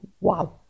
wow